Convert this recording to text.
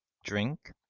drink,